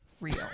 real